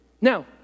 Now